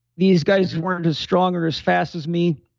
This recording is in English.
these guys weren't as strong or as fast as me,